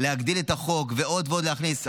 להגדיל את החוק עוד ועוד להכניס,